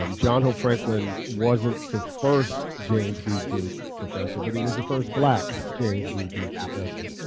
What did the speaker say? um john hope franklin wasn't the first james b. duke professor, but he was the first black james b. duke professor.